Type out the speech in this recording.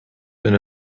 been